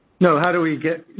no, how do we